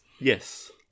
Yes